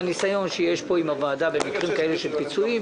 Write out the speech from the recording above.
מהניסיון של הוועדה במקרים של פיצויים,